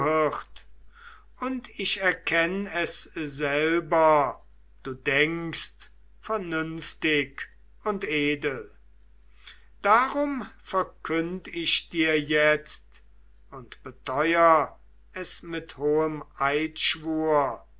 und ich erkenn es selber du denkst vernünftig und edel darum verkünd ich dir jetzt und beteur es mit hohem eidschwur